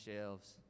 shelves